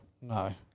No